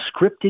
scripted